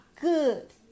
good